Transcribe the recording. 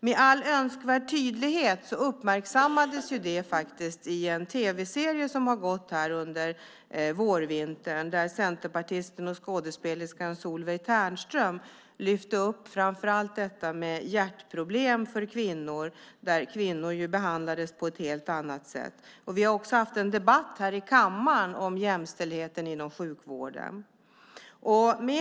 Med all önskvärd tydlighet uppmärksammades det i en tv-serie under vårvintern där centerpartisten och skådespelerskan Solveig Ternström framför allt lyfte upp frågan om hjärtproblem hos kvinnor och att kvinnor behandlas på ett annat sätt än män. Vi har också haft en debatt här i kammaren om jämställdhet inom sjukvården.